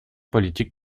politique